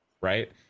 right